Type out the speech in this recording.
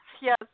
yes